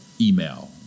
email